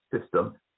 system